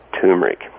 turmeric